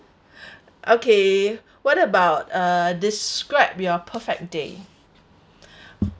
okay what about uh describe your perfect day